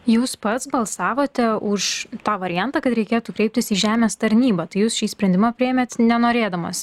jūs pats balsavote už tą variantą kad reikėtų kreiptis į žemės tarnybą tai jūs šį sprendimą priėmėt nenorėdamas